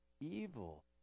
evil